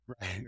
right